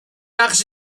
نقش